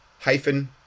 hyphen